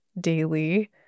daily